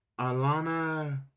Alana